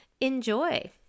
enjoy